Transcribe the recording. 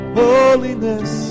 holiness